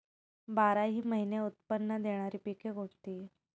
बाराही महिने उत्त्पन्न देणारी पिके कोणती?